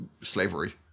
slavery